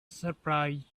surprise